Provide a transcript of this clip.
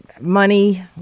money